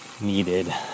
needed